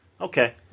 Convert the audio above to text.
okay